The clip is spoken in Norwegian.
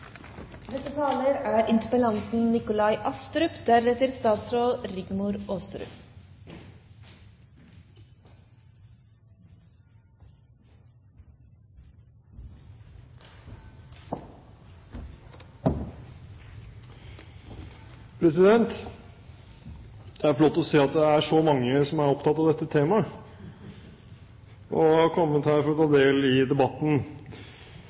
Det er flott å se at det er så mange som er opptatt av dette temaet, og har kommet her for å ta del i debatten.